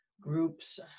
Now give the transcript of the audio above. groups